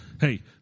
Hey